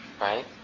right